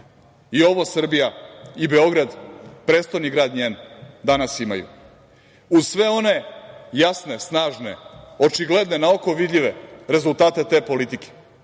i ovo Srbija i Beograd, prestoni grad njen danas imaju. Uz sve one jasne, snažne, očigledne, na oko vidljive rezultate te politike,